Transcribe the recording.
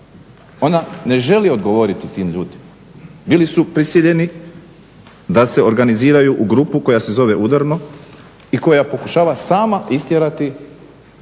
Ona ne želi odgovoriti tim ljudima. Bili su prisiljeni da se organiziraju u grupu koja se zove udarno i koja pokušava sama istjerati